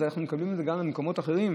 אז אנחנו מקבלים את זה גם במקומות אחרים.